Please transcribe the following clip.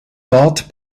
dort